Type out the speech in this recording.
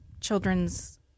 children's